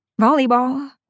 Volleyball